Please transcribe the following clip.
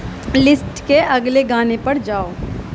list کے اگلے گانے پر جاؤ